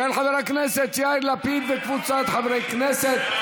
של חבר הכנסת יאיר לפיד וקבוצת חברי הכנסת.